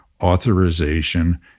authorization